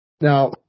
Now